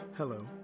Hello